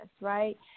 right